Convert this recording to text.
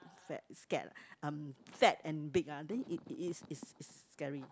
fat scared ah um fat and big lah then it it is is scary